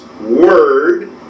Word